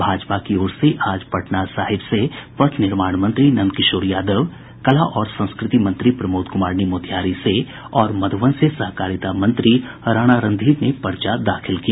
भाजपा की ओर से आज पटना साहिब से पथ निर्माण मंत्री नंदकिशोर यादव कला और संस्कृति मंत्री प्रमोद कुमार ने मोतिहारी से और मधुबन से सहकारिता मंत्री राणा रणधीर ने पर्चा दाखिल किया